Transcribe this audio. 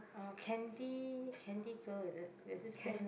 a candy candy girl is it there's this brand